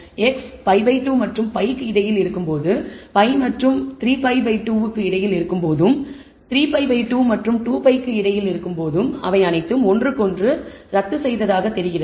x π2 மற்றும் π க்கு இடையில் இருக்கும்போதும் π மற்றும் 3π2 க்கு இடையில் இருக்கும்போதும் 3π2 மற்றும் 2π க்கு இடையில் இருக்கும்போதும் அவை அனைத்தும் ஒன்றுக்கொன்று ரத்துசெய்ததாகத் தெரிகிறது